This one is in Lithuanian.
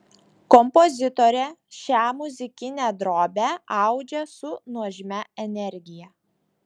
kompozitorė šią muzikinę drobę audžia su nuožmia energija